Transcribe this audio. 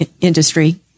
industry